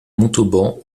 montauban